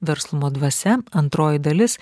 verslumo dvasia antroji dalis